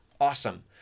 awesome